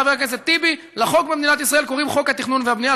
חבר הכנסת טיבי: לחוק במדינת ישראל קוראים חוק התכנון והבנייה,